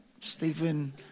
Stephen